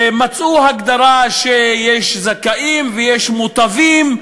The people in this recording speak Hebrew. מצאו הגדרה שיש זכאים ויש מוטבים,